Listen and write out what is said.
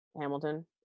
Hamilton